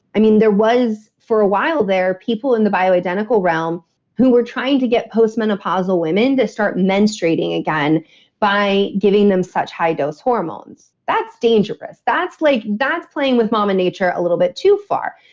i mean there was for a while there people in the bio identical realm who were trying to get postmenopausal women to start menstruating again by giving them such high dose hormones. that's dangerous. that's like that's playing with mama nature a little bit too far.